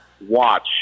watch